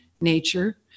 nature